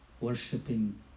worshipping